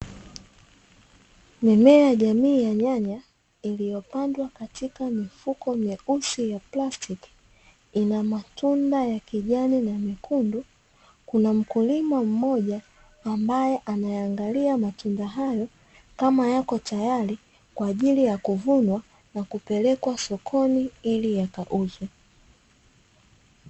Mimea jamii ya nyanya iliyopandwa katika mifuko myeusi ya plastiki ina matunda ya kijani na mekundu. Kuna mkulima mmoja ambaye anayaangalia matunda hayo kama yako tayari kwa ajili ya kuvunwa na kupelekwa sokoni ili yakauzwe.